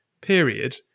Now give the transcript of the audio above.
period